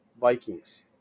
Vikings